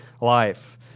life